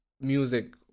music